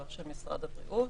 לא של משרד הבריאות,